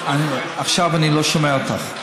עכשיו אני לא שומע אותך.